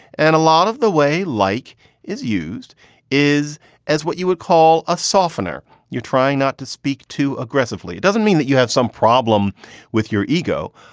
and a lot of the way like is used is as what you would call a softener you're trying not to speak to aggressively. it doesn't mean that you have some problem with your ego.